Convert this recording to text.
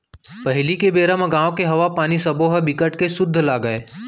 पहिली के बेरा म गाँव के हवा, पानी सबो ह बिकट के सुद्ध लागय